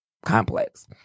complex